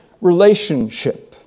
relationship